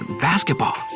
basketball